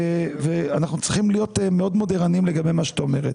אנחנו צריכים להיות מאוד ערניים לגבי מה שאת אומרת.